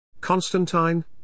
Constantine